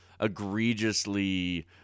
egregiously